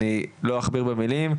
אני לא אכביר במילים,